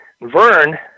Vern